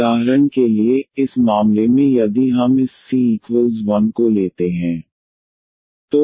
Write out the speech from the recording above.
उदाहरण के लिए इस मामले में यदि हम इस c 1 को लेते हैं